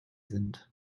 sind